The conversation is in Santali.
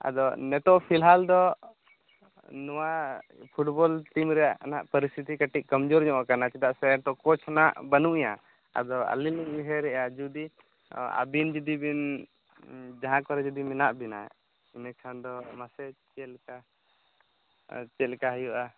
ᱟᱫᱚ ᱱᱤᱛᱚᱜ ᱯᱷᱤᱞᱦᱟᱞ ᱫᱚ ᱱᱚᱣᱟ ᱯᱷᱩᱴᱵᱚᱞ ᱴᱤᱢ ᱨᱮᱭᱟᱜ ᱱᱟᱦᱟᱜ ᱯᱚᱨᱤᱥᱛᱤᱛᱤ ᱠᱟᱹᱴᱤᱡ ᱠᱚᱢ ᱡᱳᱨ ᱧᱚᱜ ᱟᱠᱟᱱᱟ ᱪᱮᱫᱟᱜ ᱥᱮ ᱱᱤᱛᱚᱜ ᱠᱳᱪ ᱦᱚᱸ ᱱᱟᱜ ᱵᱟᱹᱱᱩᱜ ᱮᱭᱟ ᱟᱫᱚ ᱟᱹᱞᱤᱧ ᱩᱭᱦᱟᱹᱨᱮᱫᱼᱟ ᱡᱩᱫᱤ ᱟᱹᱵᱤᱱ ᱡᱩᱫᱤ ᱵᱤᱱ ᱡᱟᱦᱟᱸ ᱠᱚᱨᱮ ᱡᱩᱫᱤ ᱢᱮᱱᱟᱜ ᱵᱮᱱᱟ ᱤᱱᱟᱹ ᱠᱷᱟᱱ ᱫᱚ ᱢᱟᱱᱮ ᱥᱮ ᱪᱮᱫ ᱞᱮᱠᱟ ᱪᱮᱫ ᱞᱮᱠᱟ ᱦᱩᱭᱩᱜᱼᱟ